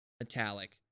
metallic